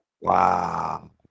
Wow